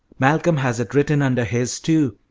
malcolm has it written under his, too.